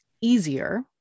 easier